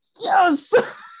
yes